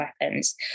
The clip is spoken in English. weapons